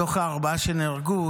מתוך הארבעה שנהרגו,